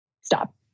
stop